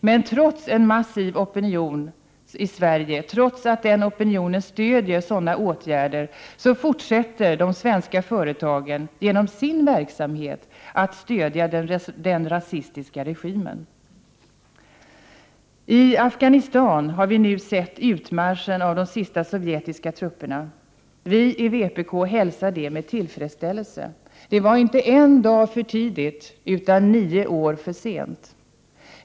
Men trots att en massiv opinion i Sverige stöder sådana åtgärder fortsätter de svenska företagen att genom sin verksamhet stödja den rasistiska regimen. I Afghanistan har vi nu sett utmarschen av de sista sovjetiska trupperna. Vi i vpk hälsar det med tillfredsställelse. Det var inte en dag för tidigt, utan nio år för sent.